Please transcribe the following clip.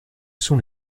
sont